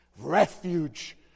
refuge